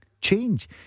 change